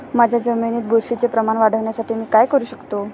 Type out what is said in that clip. माझ्या जमिनीत बुरशीचे प्रमाण वाढवण्यासाठी मी काय करू शकतो?